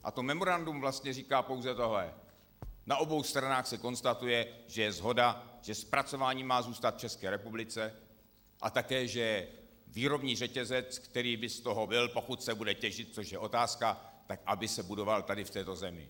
A memorandum říká pouze tohle: na obou stranách se konstatuje, že je shoda, že zpracování má zůstat v České republice a také že výrobní řetězec, který by z toho byl, pokud se bude těžit, což je otázka, aby se budoval v této zemi.